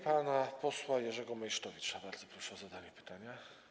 Pana posła Jerzego Meysztowicza bardzo proszę o zadanie pytania.